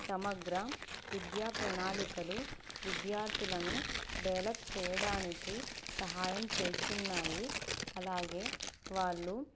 సమగ్ర విద్యా ప్రణాళికలు విద్యార్థులను డెవలప్ చేయడానికి సహాయం చేస్తున్నాయి అలాగే వాళ్ళు